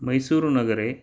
मैसूरुनगरे